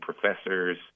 professors